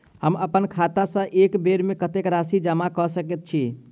हम अप्पन खाता सँ एक बेर मे कत्तेक राशि जमा कऽ सकैत छी?